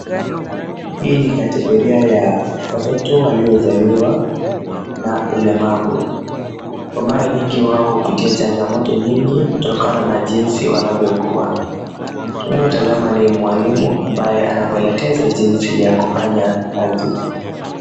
Hii ni kategoria ya watoto waliozaliwa na ulemavu. Kwa mara nyingi wao hupitia changamoto nyingi, kutokana na jinsi wanavyokua. Tunavyotazama ni mwalimu ambaye anamwelekeza jinsi ya kufanya kazi.